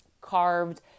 carved